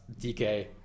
DK